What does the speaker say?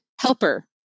helper